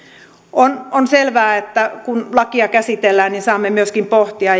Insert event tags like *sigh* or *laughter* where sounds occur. on on selvää että kun lakia käsitellään niin saamme myöskin pohtia *unintelligible*